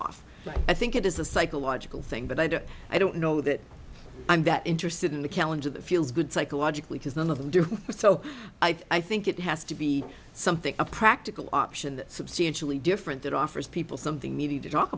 off i think it is a psychological thing but i don't i don't know that i'm that interested in the calendar that feels good psychologically because none of them do so i think it has to be something a practical option substantially different that offers people something meaty to talk